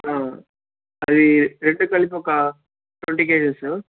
అది రెండు కలిపి ఒక ట్వంటీ కేజీస్